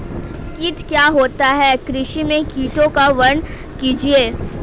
कीट क्या होता है कृषि में कीटों का वर्णन कीजिए?